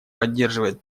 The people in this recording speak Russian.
поддерживает